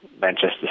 Manchester